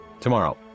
tomorrow